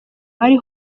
ari